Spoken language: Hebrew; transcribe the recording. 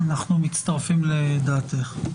אנחנו מצטרפים לדעתך.